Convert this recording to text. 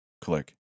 Click